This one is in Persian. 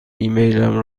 ایمیلم